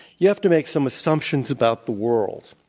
you have to make some assumptions about the world.